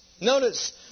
Notice